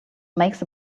makes